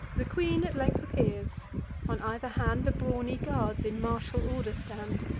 the queen at length appears on either hand the brawny guards in martial order stand.